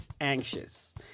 anxious